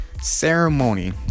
Ceremony